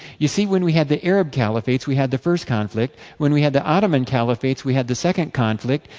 you see, when we had the arab caliphates, we had the first conflict. when we had the ottoman caliphates, we had the second conflict.